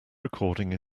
recording